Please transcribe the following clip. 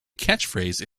catchphrase